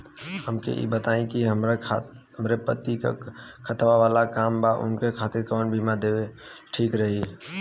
हमके ई बताईं कि हमरे पति क खतरा वाला काम बा ऊनके खातिर कवन बीमा लेवल ठीक रही?